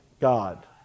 God